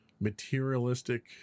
materialistic